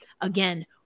again